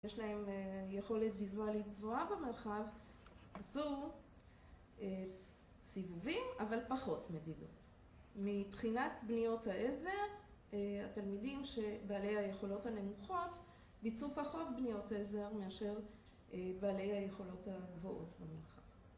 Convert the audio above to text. יש להם יכולת ויזואלית גבוהה במרחב, זו סיבובים אבל פחות מדידות. מבחינת בניות העזר התלמידים שבעלי היכולות הנמוכות, ביצעו פחות בניות עזר מאשר בעלי היכולות הגבוהות במרחב.